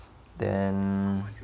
then